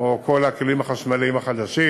או כל הכלים החשמליים החדשים.